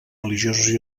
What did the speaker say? religiosos